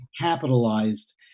capitalized